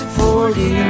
forty